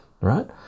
right